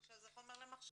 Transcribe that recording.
עכשיו זה חומר למחשבה,